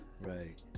Right